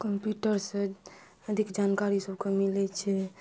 कम्प्यूटरसे अधिक जानकारी सबके मिलै छै